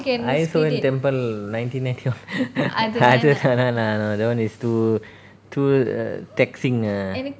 I also went temple nineteen eighty one அது:adhu that one is too too err taxing uh